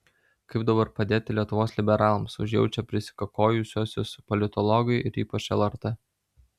kaip dabar padėti lietuvos liberalams užjaučia prisikakojusiuosius politologai ir ypač lrt